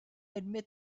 admit